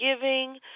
giving